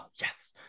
yes